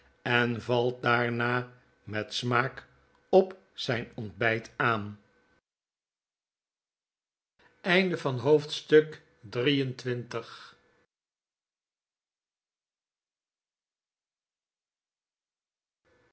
en valt daarna met smaak op zijn ontbijt aan